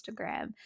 Instagram